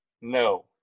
No